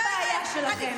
זאת הבעיה שלכם.